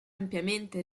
ampiamente